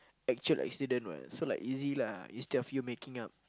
actual accident what so like easy lah instead of you making up